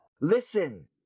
listen